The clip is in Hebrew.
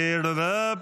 אלעזר שטרן,